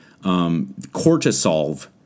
cortisol